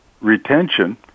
retention